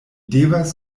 devas